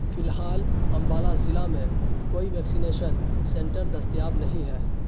فی الحال امبالہ ضلع میں کوئی ویکسینیشن سنٹر دستیاب نہیں ہے